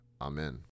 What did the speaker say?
Amen